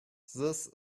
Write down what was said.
this